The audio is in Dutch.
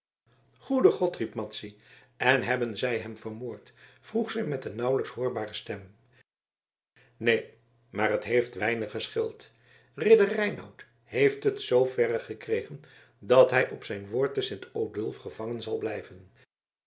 goede god riep madzy en hebben zij hem vermoord vroeg zij met een nauwelijks hoorbare stem neen maar t heeft weinig gescheeld ridder reinout heeft het zooverre gekregen dat hij op zijn woord te sint odulf gevangen zal blijven